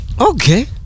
Okay